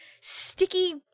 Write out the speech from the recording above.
sticky